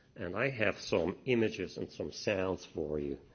and i have some images and some sounds for you.